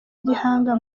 gihango